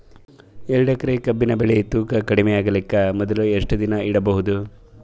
ಎರಡೇಕರಿ ಕಬ್ಬಿನ್ ಬೆಳಿ ತೂಕ ಕಡಿಮೆ ಆಗಲಿಕ ಮೊದಲು ಎಷ್ಟ ದಿನ ಇಡಬಹುದು?